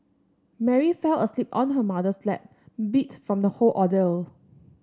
Mary fell asleep on her mother's lap beat from the whole ordeal